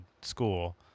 school